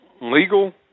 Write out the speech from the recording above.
legal